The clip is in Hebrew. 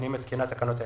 אני מתקינה תקנות אלה: